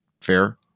fair